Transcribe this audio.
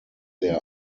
there